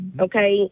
okay